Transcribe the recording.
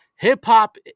Hip-hop